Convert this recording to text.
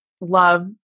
love